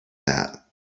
that